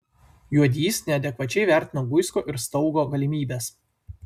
juodys neadekvačiai vertino guisko ir staugo galimybes